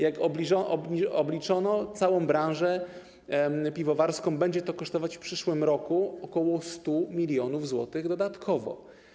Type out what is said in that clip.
Jak obliczono, całą branżę piwowarską będzie to kosztować w przyszłym roku ok. 100 mln zł dodatkowo.